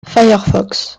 firefox